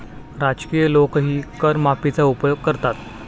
राजकीय लोकही कर माफीचा उपयोग करतात